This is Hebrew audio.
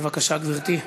בבקשה, גברתי.